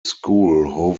school